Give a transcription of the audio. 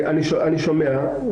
אני שומע.